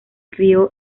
crio